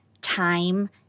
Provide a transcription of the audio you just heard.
time